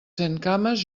centcames